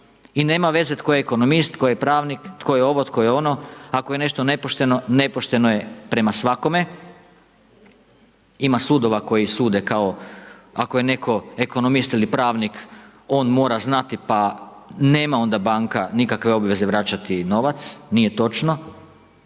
i nema veze tko je ekonomist, tko je pravnik, tko je ovo, tko je ono, ako je nešto nepošteno, nepošteno je prema svakome, ima sudova koji sude kao ako je netko ekonomist ili pravnik on mora znati pa nema onda banka nikakve obaveze vraćati novac. Nije točno.